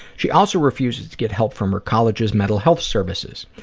she also refuses to get help from her college's mental health services.